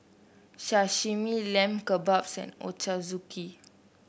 Sashimi Lamb Kebabs and Ochazuke